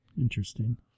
Interesting